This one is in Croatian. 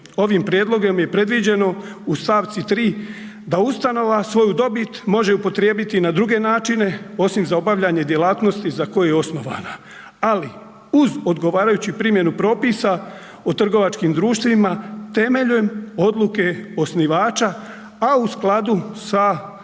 Ovim prijedlogom je predviđeno u stavci 3 da ustanova svoju dobit može upotrijebiti i na druge načine osim za obavljanje djelatnosti za koju je osnovana ali uz odgovarajuću primjenu propisa o trgovačkim društvima temeljem odluke osnivača a u skladu sa aktom